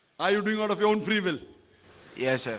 are you doing all of your own free will yes.